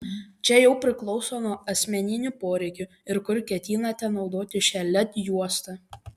čia jau priklauso nuo asmeninių poreikių ir kur ketinate naudoti šią led juostą